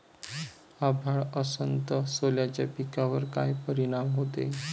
अभाळ असन तं सोल्याच्या पिकावर काय परिनाम व्हते?